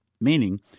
Meaning